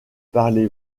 parlez